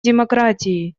демократии